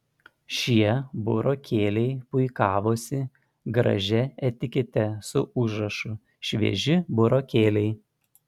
šie burokėliai puikavosi gražia etikete su užrašu švieži burokėliai